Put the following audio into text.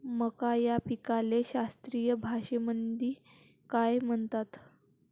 मका या पिकाले शास्त्रीय भाषेमंदी काय म्हणतात?